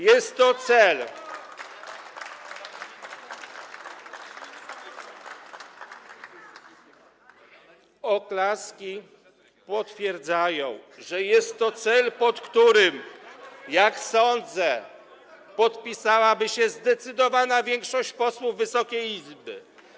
Jest to cel... oklaski potwierdzają, [[Wesołość na sali]] że jest to cel, pod którym, jak sądzę, podpisałaby się zdecydowana większość posłów Wysokiej Izby.